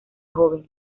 joven